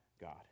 God